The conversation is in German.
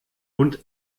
und